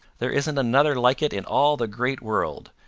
there isn't another like it in all the great world,